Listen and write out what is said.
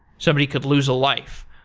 somebody could lose a life.